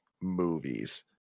movies